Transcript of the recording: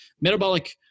metabolic